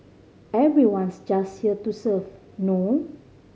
everyone's just here to serve no